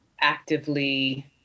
actively